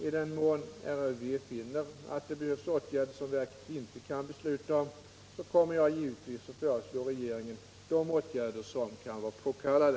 I den mån RRV finner att det behövs åtgärder som verket inte kan besluta om kommer jag givetvis att föreslå regeringen de åtgärder som kan vara påkallade.